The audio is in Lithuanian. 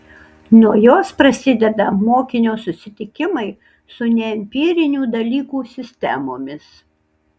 nuo jos prasideda mokinio susitikimai su neempirinių dalykų sistemomis